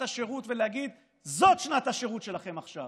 השירות ולהגיד: זו שנת השירות שלכם עכשיו,